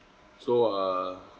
so uh